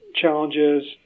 challenges